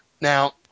Now